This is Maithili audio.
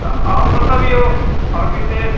तऽ आओर बतबियौ आओर बिशेष